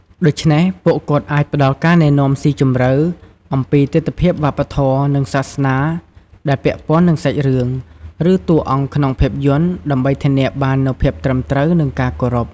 ដូច្នេះ ពួកគាត់អាច ផ្ដល់ការណែនាំស៊ីជម្រៅ អំពីទិដ្ឋភាពវប្បធម៌ និងសាសនាដែលពាក់ព័ន្ធនឹងសាច់រឿង ឬតួអង្គក្នុងភាពយន្ត ដើម្បីធានាបាននូវភាពត្រឹមត្រូវ និងការគោរព។